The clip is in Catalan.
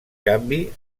canvi